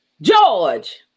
George